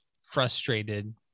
frustrated